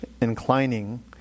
inclining